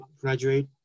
Graduate